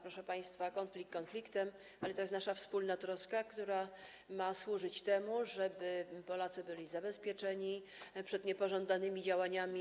Proszę państwa, konflikt konfliktem, ale to jest nasza wspólna troska, która ma służyć temu, żeby Polacy byli zabezpieczeni przed niepożądanymi działaniami.